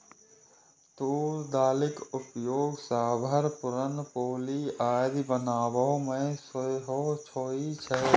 तूर दालिक उपयोग सांभर, पुरन पोली आदि बनाबै मे सेहो होइ छै